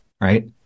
right